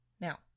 Now